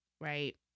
right